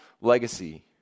legacy